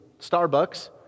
Starbucks